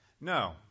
No